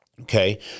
okay